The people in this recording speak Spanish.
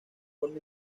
forma